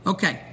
Okay